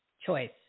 choice